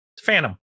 phantom